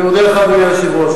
אני מודה לך, אדוני היושב-ראש.